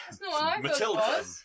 Matilda